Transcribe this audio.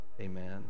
Amen